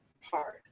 hard